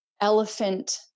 elephant